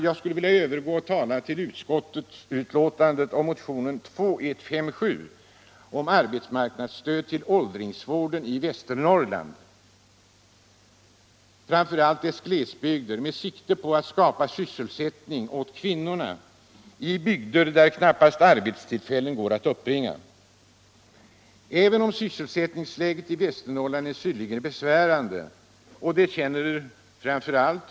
Jag övergår nu till att beröra utskottsbetänkandet och motionen 2157 om arbetsmarknadsstöd till åldringsvården i Västernorrland, framför allt i glesbygderna, med sikte på att skapa sysselsättning åt kvinnorna i bygder där arbetstillfällen knappast går att uppbringa.